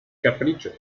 caprichos